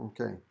Okay